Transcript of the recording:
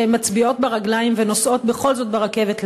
שמצביעות ברגליים ונוסעות בכל זאת ברכבת,